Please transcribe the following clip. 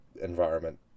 environment